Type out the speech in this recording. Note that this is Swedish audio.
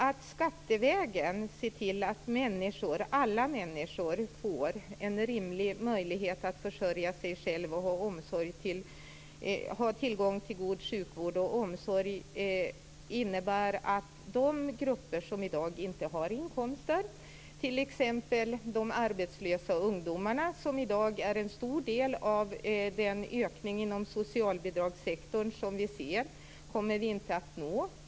Att skattevägen se till att alla människor får en rimlig möjlighet att försörja sig själva och ha tillgång till god sjukvård och omsorg innebär att de grupper som i dag inte har inkomster, t.ex. de arbetslösa ungdomar som i dag är en stor del av den ökning inom socialbidragssektorn som vi ser, inte kommer att nås.